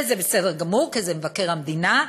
וזה בסדר גמור, כי זה מבקר המדינה,